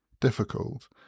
difficult